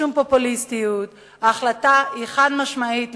לשום פופוליסטיות: ההחלטה היא חד-משמעית לכולם.